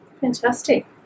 fantastic